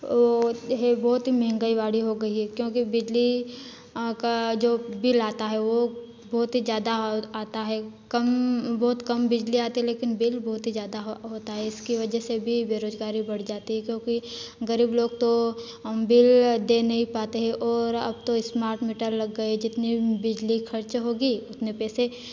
ओ है बहुत ही महँगावाली हो गई है क्योंकि बिजली का जो बिल आता है वो बहुत ही जादा आता है कम बहुत कम बिजली आती है लेकिन बिल बहुत ही जादा ह होता है इसकी वजह से भी बेरोजगारी बढ़ जाती है क्योंकि गरीब लोग तो हम बिल दे नहीं पाते हैं और अब तो स्मार्ट मीटर लग गई जितनी बिजली खर्च होगी उतने पैसे